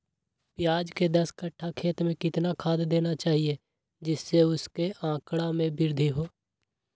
प्याज के दस कठ्ठा खेत में कितना खाद देना चाहिए जिससे उसके आंकड़ा में वृद्धि हो?